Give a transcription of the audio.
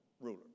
ruler